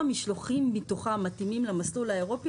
משלוחים מתוכם מתאימים למסלול האירופי,